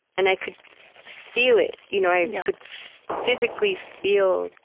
and i could feel it. you know i could physically feel